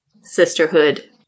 sisterhood